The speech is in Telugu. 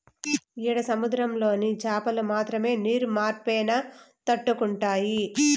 ఈడ సముద్రంలోని చాపలు మాత్రమే నీరు మార్పైనా తట్టుకుంటాయి